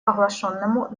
оглашенному